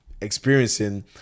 experiencing